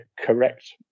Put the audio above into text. correct